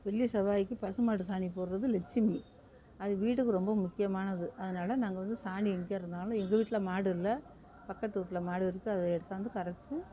வெள்ளி செவ்வாய்க்கு பசுமாட்டுச் சாணி போடுறது லட்சுமி அது வீட்டுக்கு ரொம்ப முக்கியமானது அதனால நாங்கள் வந்து சாணி எங்கே இருந்தாலும் எங்கள் வீட்டில் மாடு இல்லை பக்கத்து வீட்ல மாடு இருக்குது அதை எடுத்தாந்து கரைத்து